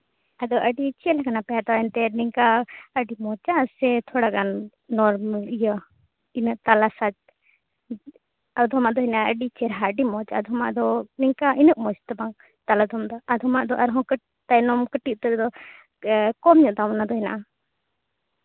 ᱟᱫᱚ ᱟᱹᱰᱤ ᱪᱮᱫ ᱞᱮᱠᱟᱱᱟᱜ ᱯᱮ ᱦᱟᱛᱟᱣᱟ ᱮᱱᱛᱮᱜ ᱱᱤᱝᱠᱟ ᱟᱹᱰᱤ ᱢᱚᱡᱟᱜ ᱥᱮ ᱛᱷᱚᱲᱟᱜᱟᱱ ᱱᱚᱨᱢᱟᱞ ᱛᱟᱞᱟ ᱥᱟᱡᱽ ᱟᱫᱷᱚᱢ ᱟᱜ ᱫᱚ ᱢᱮᱱᱟᱜᱼᱟ ᱟᱹᱰᱤ ᱪᱮᱦᱨᱟ ᱟᱹᱰᱤ ᱢᱚᱡᱽ ᱟᱫᱷᱚᱢ ᱟᱜ ᱫᱚ ᱤᱱᱠᱟ ᱩᱱᱟᱹᱜ ᱢᱚᱡᱽ ᱫᱚ ᱵᱟᱝ ᱛᱟᱞᱟ ᱫᱷᱚᱢ ᱟᱜ ᱫᱚ ᱟᱫᱷᱚᱢ ᱟᱜ ᱫᱚ ᱟᱨᱦᱚᱸ ᱛᱟᱭᱚᱢ ᱠᱟᱹᱴᱤᱡ ᱩᱛᱟᱹᱨᱟᱜ ᱫᱚ ᱠᱚᱢ ᱧᱤᱜ ᱫᱟᱢ ᱚᱱᱟᱫᱚ ᱢᱮᱱᱟᱜᱼᱟ